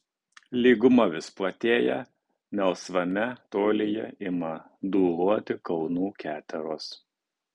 lyguma vis platėja melsvame tolyje ima dūluoti kalnų keteros